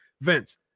vince